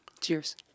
Cheers